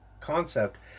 concept